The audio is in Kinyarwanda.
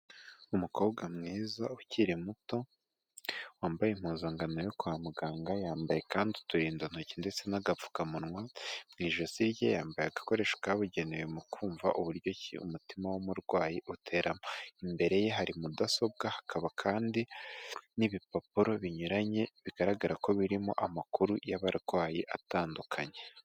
Umukobwa mwiza ukiri muto wambaye impuzankano yo kwa muganga, yambaye kandi uturindantoki ndetse n'agapfukamunwa mu ijosi rye, yambaye agakoresho kabugenewe mu kumva uburyo umutima w'umurwayi utera, imbere ye hari mudasobwa hakaba kandi n'ibipapuro binyuranye bigaragara ko birimo amakuru y'abarwayi atandukanye.